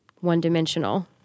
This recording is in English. one-dimensional